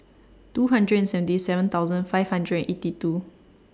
two hundred seventy seven thousand five hundred eighty two